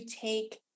take